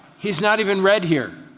he's not even read here.